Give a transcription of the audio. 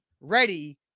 ready